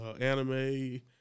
anime